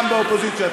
גם באופוזיציה.